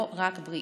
לא רק בריאות.